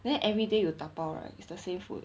then everyday you 打包 right it's the same food